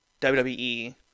WWE